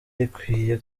rikwiye